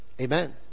Amen